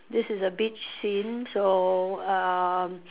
this is a beach scene so um